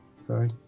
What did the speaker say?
sorry